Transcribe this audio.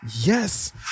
Yes